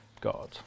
God